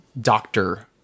doctor